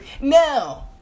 Now